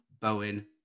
Bowen